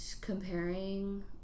comparing